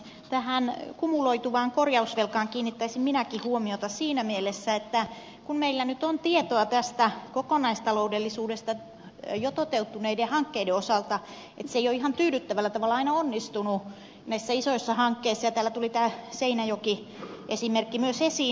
tähän kumuloituvaan korjausvelkaan kiinnittäisin minäkin huomiota siinä mielessä että kun meillä nyt on tietoa tästä kokonaistaloudellisuudesta jo toteutuneiden hankkeiden osalta se ei ole ihan tyydyttävällä tavalla aina onnistunut näissä isoissa hankkeissa ja täällä tuli tämä seinäjoen esimerkki myös esiin